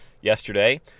yesterday